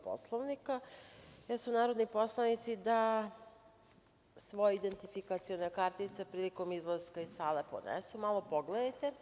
Poslovnika, jer su narodni poslanici da svoje identifikacione kartice prilikom izlaska iz sale ponesu, malo pogledajte.